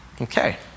Okay